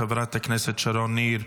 חברת הכנסת שרון ניר,